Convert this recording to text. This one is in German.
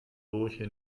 bursche